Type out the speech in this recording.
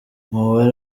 umubare